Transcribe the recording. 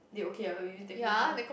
they okay ah or you taking